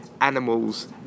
animals